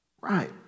Right